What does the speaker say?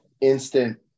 instant